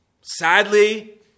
Sadly